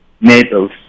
Naples